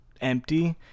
empty